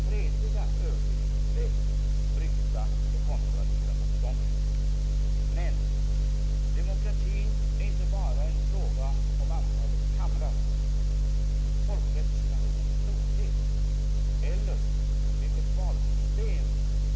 Men, ärade kammarledamöter, demokrati är inte bara en fråga om antalet kamrar, folkrepresentationens storlek eller det valsystem med vars hjälp väljarnas röster förvandlas till riksdagsmandat.